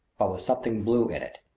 but with something blue in it.